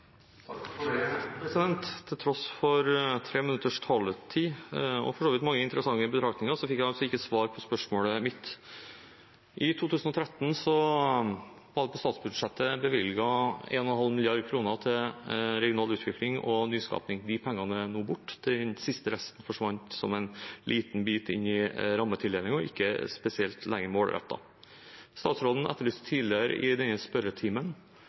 Til tross for statsrådens tre minutters taletid, og for så vidt mange interessante betraktninger, fikk jeg ikke svar på spørsmålet mitt. I 2013 var det på statsbudsjettet bevilget 1,5 mrd. kr til regional utvikling og nyskaping. De pengene er nå borte, den siste resten forsvant som en liten bit inn i rammetildelingen og er ikke lenger spesielt målrettet. Statsråden omtalte tidligere i denne spørretimen